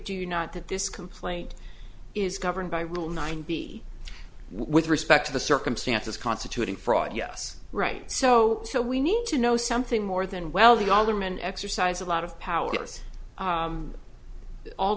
you not that this complaint is governed by rule nine b with respect to the circumstances constituting fraud yes right so so we need to know something more than well the alderman exercise a lot of powers all